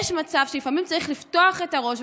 יש מצב שלפעמים צריך לפתוח את הראש,